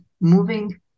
moving